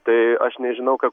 tai aš nežinau ką